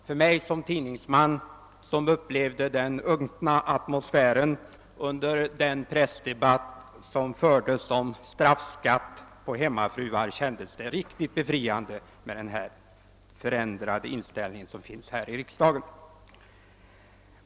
För mig som i egenskap av tidningsman upplevde den unkna atmosfären under den pressdebatt som fördes om straffskatt på hemmafruar kändes det mycket befriande med denna förändrade inställning här i riksdagen.